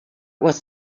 was